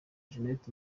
janet